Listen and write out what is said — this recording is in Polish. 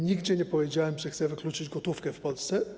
Nigdzie nie powiedziałem, że chcę wykluczyć gotówkę w Polsce.